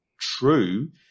true